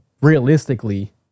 realistically